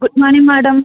good morning madam